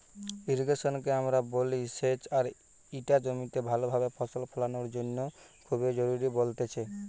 irrigation কে আমরা বলি সেচ আর ইটা জমিতে ভালো ভাবে ফসল ফোলানোর জন্য খুবই জরুরি বলতেছে